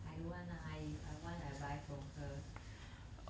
I don't want lah if I want I buy from her